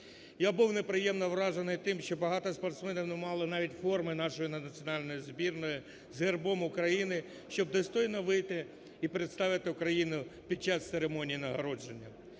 Я був неприємно вражений тим, що багато спортсменів не мали навіть форми нашої національної збірної з гербом України, щоб достойно вийти і представити Україну під час церемонії нагородження.